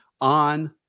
on